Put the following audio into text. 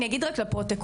אני אגיד רק לפרוטוקול,